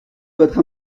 votre